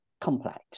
complex